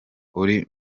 uri